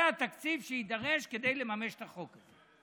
זה התקציב שיידרש כדי לממש את החוק הזה.